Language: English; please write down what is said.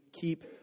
keep